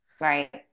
right